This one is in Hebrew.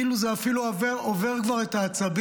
כאילו זה אפילו עובר כבר את העצבים,